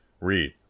read